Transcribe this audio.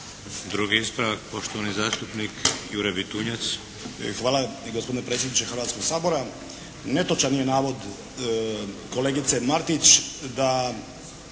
Drugi ispravak poštovani zastupnik Jure Bitunjac. **Bitunjac, Jure (HDZ)** Hvala gospodine predsjedniče Hrvatskog sabora. Netočan je navod kolegice Martić da